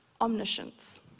omniscience